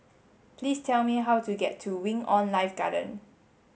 please tell me how to get to Wing On Life Garden